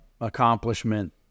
accomplishment